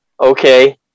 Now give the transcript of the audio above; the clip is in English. okay